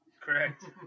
Correct